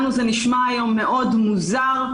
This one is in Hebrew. לנו זה נשמע היום מאוד מוזר,